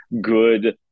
good